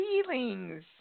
feelings